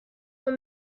will